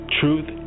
truth